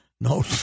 No